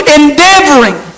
endeavoring